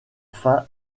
faim